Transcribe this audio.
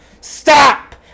Stop